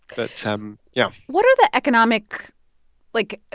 but so um yeah what are the economic like,